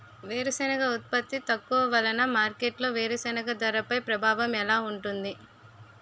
వేరుసెనగ ఉత్పత్తి తక్కువ వలన మార్కెట్లో వేరుసెనగ ధరపై ప్రభావం ఎలా ఉంటుంది?